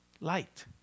light